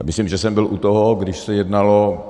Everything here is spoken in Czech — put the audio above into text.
A myslím, že jsem byl u toho, když se jednalo.